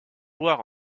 voir